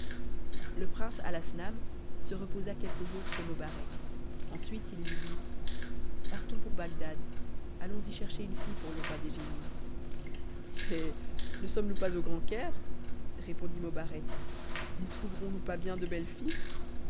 le prince alasnam se reposa quelques jours chez mobarm ensuite il lui dit partons pour bagdad attons y chercher une ittie pour le roi des renies hé ne sommes-nous pas au grand caire répondit mobarcc y trouverons-nous pas bien de belles filles